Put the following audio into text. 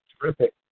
terrific